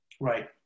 right